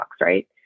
right